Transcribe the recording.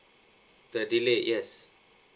the delay yes